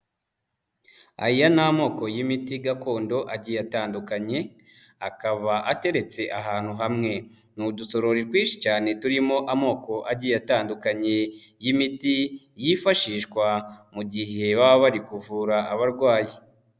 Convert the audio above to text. Aya ni amoko y'imiti gakondo agiye atandukanye akaba ateretse ahantu hamwe, ni udusorori twinshi cyane turimo amoko agiye atandukanye y'imiti yifashishwa mu gihe baba bari kuvura abarwayi.